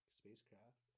spacecraft